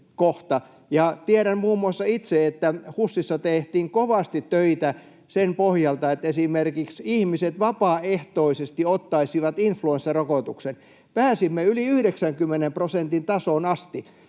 Tiedän muun muassa itse, että HUSissa tehtiin kovasti töitä sen pohjalta, että esimerkiksi ihmiset vapaaehtoisesti ottaisivat influenssarokotuksen. Pääsimme yli 90 prosentin tasoon asti,